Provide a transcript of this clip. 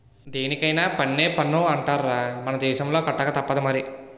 దేనికైన పన్నే పన్ను అంటార్రా మన దేశంలో కట్టకతప్పదు మరి